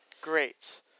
great